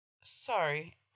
Sorry